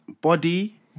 body